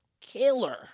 killer